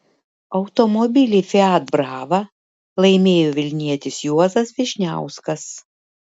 automobilį fiat brava laimėjo vilnietis juozas vyšniauskas